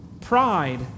Pride